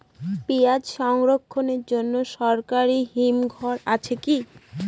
পিয়াজ সংরক্ষণের জন্য সরকারি হিমঘর আছে কি?